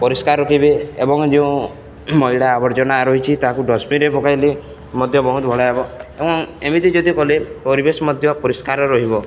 ପରିଷ୍କାର ରଖିବେ ଏବଂ ଯେଉଁ ମଇଳା ଆବର୍ଜନା ରହିଛି ତାକୁ ଡଷ୍ଟବିିନ୍ରେ ପକାଇଲେ ମଧ୍ୟ ବହୁତ ଭଳି ହେବ ଏବଂ ଏମିତି ଯଦି କଲେ ପରିବେଶ ମଧ୍ୟ ପରିଷ୍କାର ରହିବ